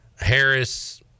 Harris